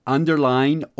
Underline